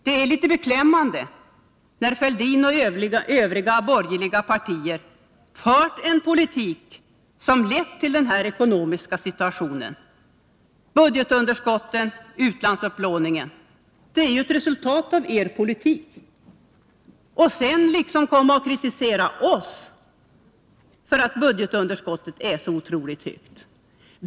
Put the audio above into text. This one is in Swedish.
Det är litet beklämmande när Thorbjörn Fälldin och företrädarna för de övriga borgerliga partierna, som har fört en politik som har lett till denna ekonomiska situation och har fått till resultat budgetunderskott och utlandsupplåning, nu kommer och kritiserar oss för att budgetunderskottet är så otroligt stort.